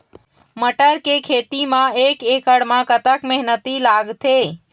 मटर के खेती म एक एकड़ म कतक मेहनती लागथे?